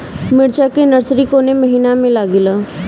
मिरचा का नर्सरी कौने महीना में लागिला?